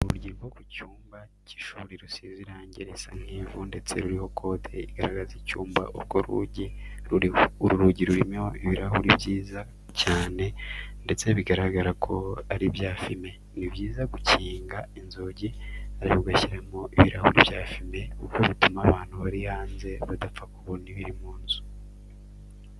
Urugi rwo ku cyumba cy'ishuri rusize irangi risa nk'ivu ndetse ruriho code igaragaza icyumba urwo rugi ruriho. Uru rugi rurimo ibirahuri byiza cyane ndetse bigaragara ko ari ibya fime. Ni byiza gukinga inzugi ariko ugashyiramo ibirahuri bya fime kuko bituma abantu bari hanze badapfa kubona ibiri mu nzu.